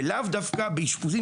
ולאו דווקא באשפוזים